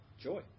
joy